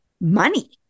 money